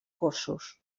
cossos